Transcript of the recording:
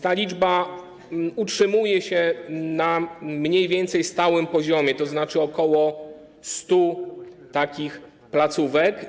Ta liczba utrzymuje się więc na mniej więcej stałym poziomie, tzn. ok. 100 takich placówek.